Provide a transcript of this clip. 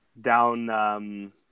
down